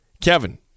Kevin